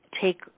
take